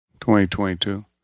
2022